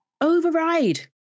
override